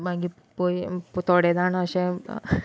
मागीर पळय थोडें जाण अशें